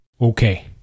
Okay